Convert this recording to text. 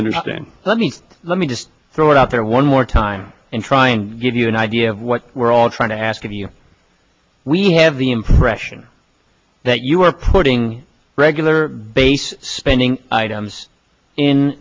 understand let me let me just throw it out there one more time and try and give you an idea of what we're all trying to ask of you we have the impression that you are putting regular basis spending items in